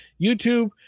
youtube